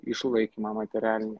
išlaikymą materialinį